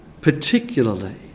particularly